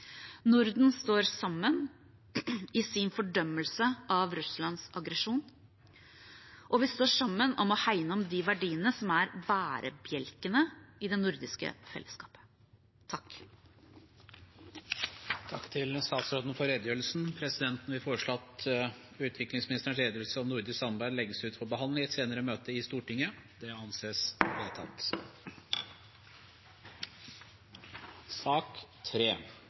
Norden står sammen i sin fordømmelse av Russlands aggresjon, og vi står sammen om å hegne om de verdiene som er bærebjelkene i det nordiske fellesskapet. Presidenten vil foreslå at utviklingsministeren redegjørelse om nordisk samarbeid legges ut for behandling i et senere møte i Stortinget. – Det anses vedtatt.